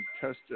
tested